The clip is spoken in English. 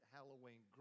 Halloween